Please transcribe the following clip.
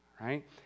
right